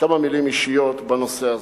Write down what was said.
לומר כמה מלים אישיות בנושא הזה.